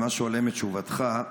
ממה שעולה מתשובתך,